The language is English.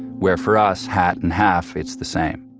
where for us, hat and half it's the same.